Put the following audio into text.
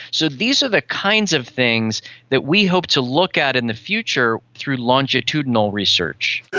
so these are the kinds of things that we hope to look at in the future through longitudinal research.